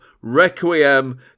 Requiem